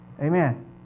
amen